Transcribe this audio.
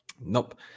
nope